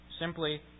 simply